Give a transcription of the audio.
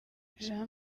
jean